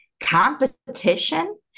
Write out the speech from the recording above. competition